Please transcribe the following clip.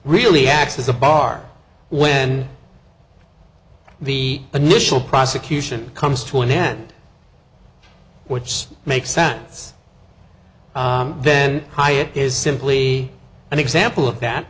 really acts as a bar when the initial prosecution comes to an end which makes sense then high it is simply an example of that